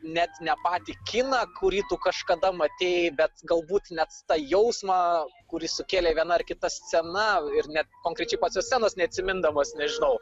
net ne patį kiną kurį tu kažkada matei bet galbūt net tą jausmą kurį sukėlė viena ar kita scena ir net konkrečiai scenos neatsimindamas nežinau